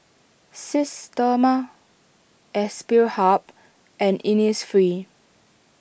Systema Aspire Hub and Innisfree